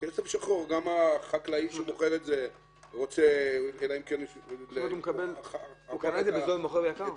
גם החקלאי שמוכר את זה רוצה --- הוא קנה בזול ומוכר יקר?